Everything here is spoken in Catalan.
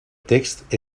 text